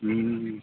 ಹ್ಞೂ